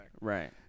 Right